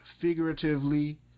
figuratively